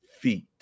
feet